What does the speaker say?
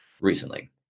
recently